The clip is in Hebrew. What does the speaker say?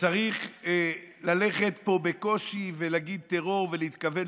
וצריך ללכת פה בקושי ולהגיד טרור ולהתכוון